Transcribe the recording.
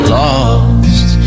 lost